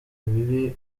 bibi